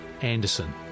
Anderson